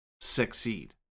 succeed